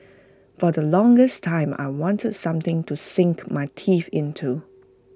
for the longest time I wanted something to sink my teeth into